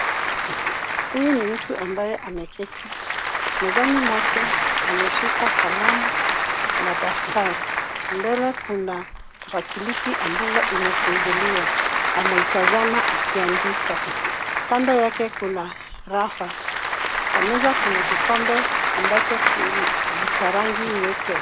Huyu ni mtu ambaye ameketi, mezani mwake ameshika kalamu, na daftari, mbele kuna tarakilishi ambayo imefunguliwa, anaitazama huku akiandika. Kando yake kuna rafa, kwa meza kuna kikombe ambacho ni cha rangi nyeupe.